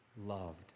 loved